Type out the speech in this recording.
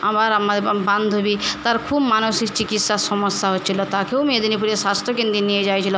আবার আমার বান্ধবী তার খুব মানসিক চিকিৎসার সমস্যা হচ্ছিল তাকেও মেদিনীপুরের স্বাস্থ্য কেন্দ্রে নিয়ে যাওয়া হয়েছিল